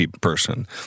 person